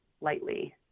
lightly